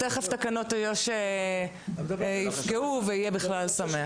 תכף תקנות איו"ש יפקנו, ויהיה בכלל שמח.